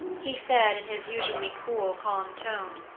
he said, in his usually cool, calm tone,